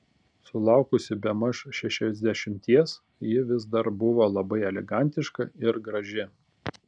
sulaukusi bemaž šešiasdešimties ji vis dar buvo labai elegantiška ir graži